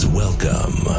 welcome